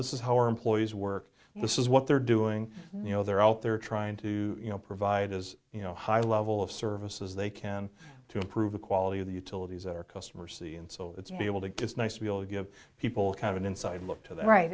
this is our employees work this is what they're doing you know they're out there trying to you know provide as you know high level of services they can to improve the quality of the utilities or customer c and so it's be able to get nice to be able to give people kind of an inside look to the right